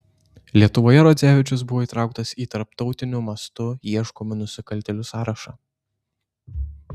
lietuvoje rodzevičius buvo įtrauktas į tarptautiniu mastu ieškomų nusikaltėlių sąrašą